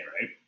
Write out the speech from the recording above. right